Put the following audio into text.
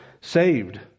saved